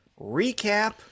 recap